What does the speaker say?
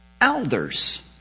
elders